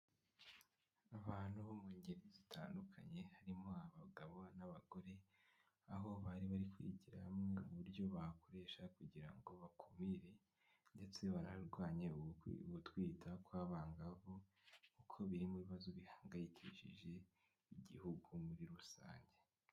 Abantu bo mu ngeri zitandukanye harimo abagabo n'abagore aho bari bari kwigira hamwe uburyo bakoresha kugira ngo bakumire ndetse barwanye ugutwita kw'abangavu kuko biri mu bibazo bihangayikishije igihugu muri rusange.